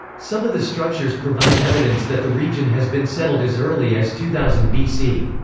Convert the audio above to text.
some of the structures provide evidence that the region has been settled as early as two thousand bc.